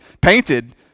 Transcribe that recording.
painted